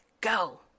go